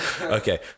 Okay